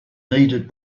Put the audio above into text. needed